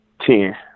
Ten